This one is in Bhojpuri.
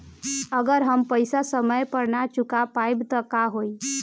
अगर हम पेईसा समय पर ना चुका पाईब त का होई?